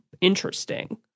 interesting